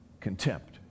contempt